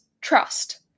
trust